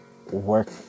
Work